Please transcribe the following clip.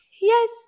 Yes